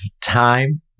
time